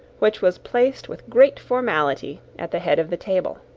which was placed with great formality at the head of the table.